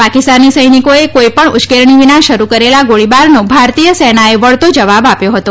પાકિસ્તાની સૈનિકોએ કોઇપણ ઉશ્કેરણી વિના શરૂ કરેલા ગોળીબારનો ભારતીય સેનાએ વળતો જવાબ આપ્યો હતો